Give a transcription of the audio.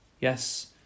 Yes